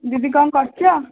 ଦିଦି କ'ଣ କରୁଛ